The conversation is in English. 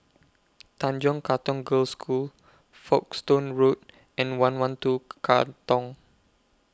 Tanjong Katong Girls' School Folkestone Road and one one two Katong